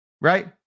right